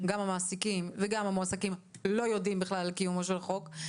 גם המעסיקים וגם המועסקים לא יודעים בכלל על קיומו של החוק,